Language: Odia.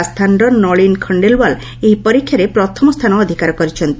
ରାଜସ୍ଥାନର ନଳୀନ ଖଣ୍ଡେଲ୍ୱାଲ୍ ଏହି ପରୀକ୍ଷାରେ ପ୍ରଥମ ସ୍ଥାନ ଅଧିକାର କରିଛନ୍ତି